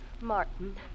Martin